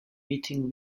meeting